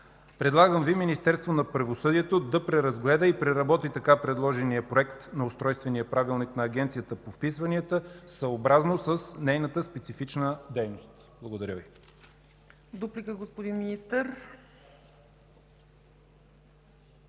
Предлагам Ви Министерството на правосъдието да преразгледа и преработи така предложения проект на Устройствения правилник на Агенцията по вписванията, съобразно с нейната специфична дейност. Благодаря Ви. ПРЕДСЕДАТЕЛ ЦЕЦКА